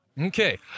Okay